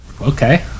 Okay